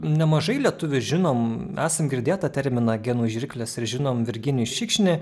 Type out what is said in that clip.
nemažai lietuvių žinom esam girdėję tą terminą genų žirklės ir žinom virginijų šikšnį